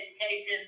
education